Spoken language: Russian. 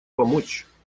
помочь